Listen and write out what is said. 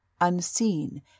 unseen